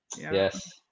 Yes